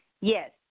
Yes